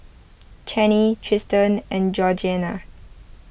Chaney Triston and Georgeanna